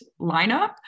lineup